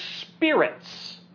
spirits